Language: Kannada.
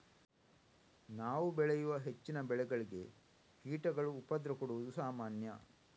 ನಾವು ಬೆಳೆಯುವ ಹೆಚ್ಚಿನ ಬೆಳೆಗಳಿಗೆ ಕೀಟಗಳು ಉಪದ್ರ ಕೊಡುದು ಸಾಮಾನ್ಯ